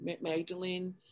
magdalene